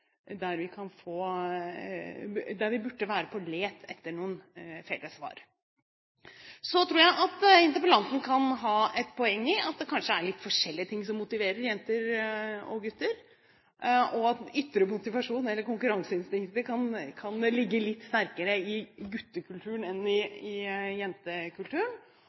der vi burde være på leit etter noen felles svar. Så tror jeg at interpellanten kan ha et poeng i at det kanskje er litt forskjellige ting som motiverer jenter og gutter, og at den ytre motivasjonen, eller konkurranseinstinktet, kan ligge litt sterkere i guttekulturen enn i